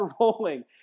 rolling